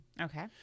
okay